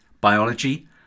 biology